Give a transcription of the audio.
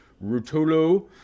Rutolo